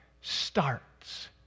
starts